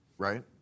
right